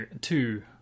two